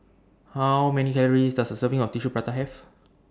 How Many Calories Does A Serving of Tissue Prata Have